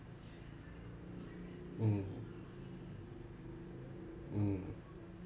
mm mm